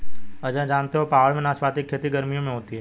अजय जानते हो पहाड़ों में नाशपाती की खेती गर्मियों में होती है